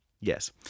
Yes